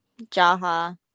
jaha